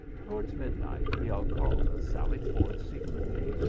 towards midnight the alcalde sallied forth se cretly,